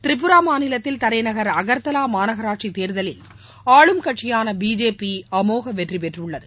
திரிபுரா மாநிலத்தில் தலைநகர் அகர்தாலா மாநகராட்சி தேர்தலில் ஆளும்கட்சியான பிஜேபி அமோக வெற்றி பெற்றுள்ளது